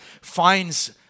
finds